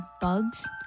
bugs